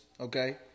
okay